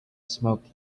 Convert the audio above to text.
smoke